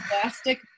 plastic